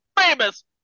famous